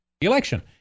election